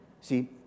See